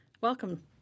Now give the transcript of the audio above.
Welcome